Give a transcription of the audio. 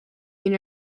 mean